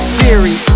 Theory